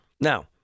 Now